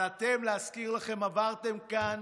אבל אתם, להזכיר לכם, עברתם כאן